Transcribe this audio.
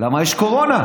למה יש קורונה,